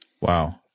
Wow